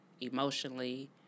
emotionally